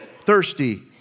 thirsty